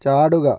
ചാടുക